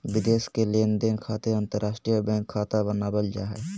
विदेश के लेनदेन खातिर अंतर्राष्ट्रीय बैंक खाता बनावल जा हय